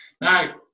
Now